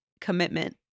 commitment